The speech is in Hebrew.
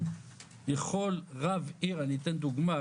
יכול רב עיר - אני אתן דוגמה,